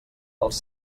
els